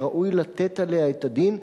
שראוי לתת עליה את הדעת,